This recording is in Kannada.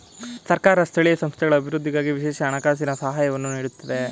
ಸರ್ಕಾರ ಸ್ಥಳೀಯ ಸಂಸ್ಥೆಗಳ ಅಭಿವೃದ್ಧಿಗಾಗಿ ವಿಶೇಷ ಹಣಕಾಸಿನ ಸಹಾಯವನ್ನು ನೀಡುತ್ತದೆ